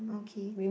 okay